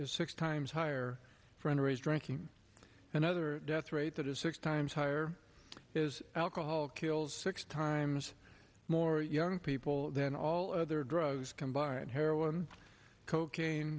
is six times higher for underage drinking another death rate that is six times higher as alcohol kills six times more young people than all other drugs combined heroin cocaine